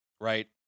right